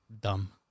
dumb